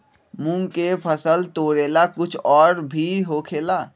मूंग के फसल तोरेला कुछ और भी होखेला?